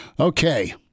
Okay